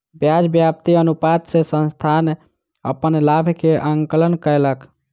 ब्याज व्याप्ति अनुपात से संस्थान अपन लाभ के आंकलन कयलक